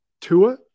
Tua